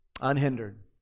unhindered